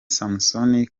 samusoni